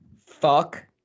Fuck